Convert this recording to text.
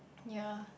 ya